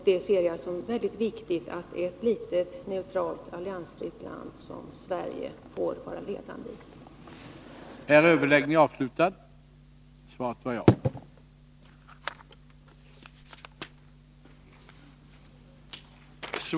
Jag ser det som mycket viktigt att ett litet neutralt, alliansfritt land som Sverige får vara ledande på området.